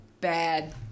bad